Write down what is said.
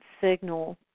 signal